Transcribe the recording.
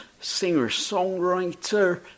singer-songwriter